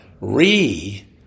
re